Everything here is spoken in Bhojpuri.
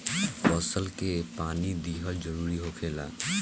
फसल के पानी दिहल जरुरी होखेला